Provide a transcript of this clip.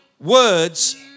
words